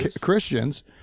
Christians